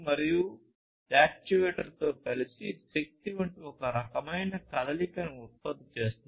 మరియు యాక్యుయేటర్ తో కలిసి శక్తి వంటి ఒక రకమైన కదలికను ఉత్పత్తి చేస్తుంది